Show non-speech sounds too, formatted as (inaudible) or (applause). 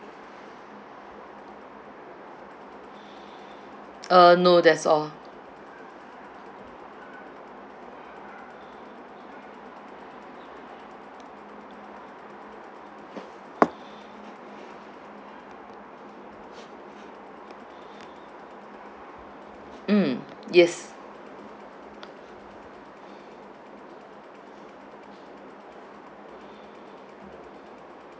(breath) uh no that's all (breath) mm yes